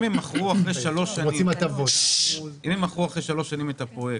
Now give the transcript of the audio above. אם הם מכרו אחרי שלוש שנים את הפרויקט,